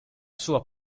sua